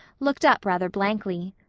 looked up rather blankly.